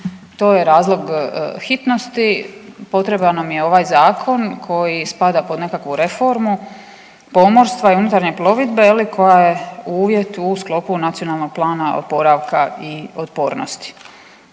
to je razlog hitnosti. Potreban nam je ovaj zakon koji spada pod nekakvu reformu pomorstva i unutarnje plovidbe koja je uvjet u sklopu NPOO-a. Kaže se dalje u obrazloženju